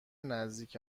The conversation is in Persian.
نزدیک